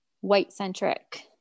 white-centric